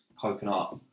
coconut